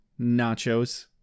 Nachos